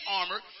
armor